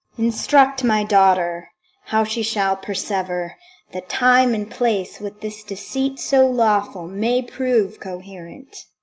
instruct my daughter how she shall persever, that time and place with this deceit so lawful may prove coherent.